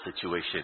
situation